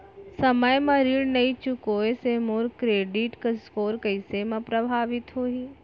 समय म ऋण नई चुकोय से मोर क्रेडिट स्कोर कइसे म प्रभावित होही?